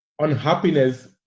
unhappiness